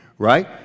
Right